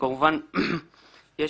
כמובן יש